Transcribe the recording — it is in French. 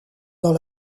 dans